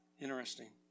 Interesting